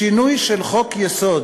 בשינוי של חוק-יסוד,